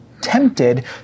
tempted